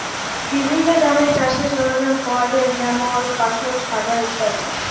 বিভিল্ল্য দামে চাষের সরল্জাম পাউয়া যায় যেমল পাঁশশ, হাজার ইত্যাদি